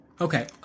okay